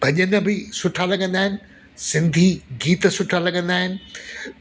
भजन बि सुठा लॻंदा आहिनि सिंधी गीत सुठा लॻंदा आहिनि